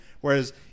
whereas